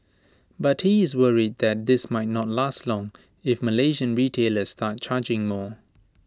but he is worried that this might not last long if Malaysian retailers start charging more